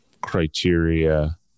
criteria